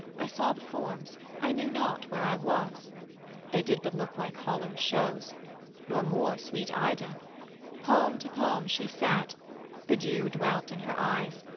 i saw the forms i knew not where i was they did but look like hollow shows nor more sweet ida palm to palm she sat the dew dwelt in her eyes,